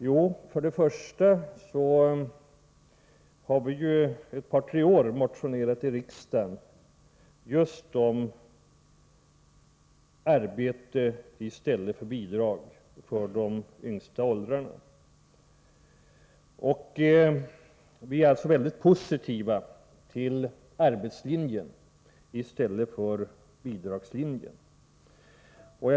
Jo, vi har under ett par tre år motionerat i riksdagen just om arbete i stället för bidrag för de yngsta åldarna. Vi är alltså väldigt positiva till arbetslinjen i stället för bidragslinjen.